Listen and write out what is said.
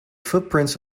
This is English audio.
footprints